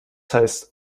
heißt